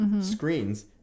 screens